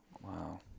Wow